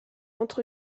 entre